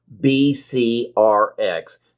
B-C-R-X